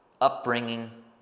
upbringing